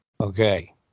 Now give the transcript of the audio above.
Okay